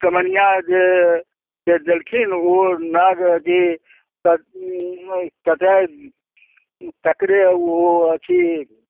चमैनिआँ जे जे देलखिन ओ नाड़ अथी कटाइ तकरे ओहो अथी